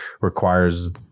requires